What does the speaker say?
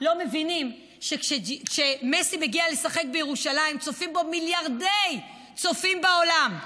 לא מבינים שכשמסי מגיע לשחק בירושלים צופים בו מיליארדי צופים בעולם,